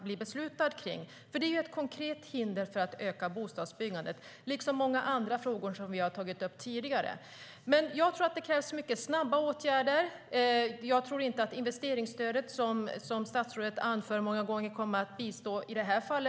Det är ju ett konkret hinder för att öka bostadsbyggandet, liksom många andra frågor som vi har tagit upp tidigare. Jag tror att det krävs mycket snabba åtgärder. Jag tror inte att investeringsstödet som statsrådet anför så många gånger kommer att bistå i det här fallet.